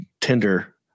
Tinder